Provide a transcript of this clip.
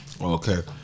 Okay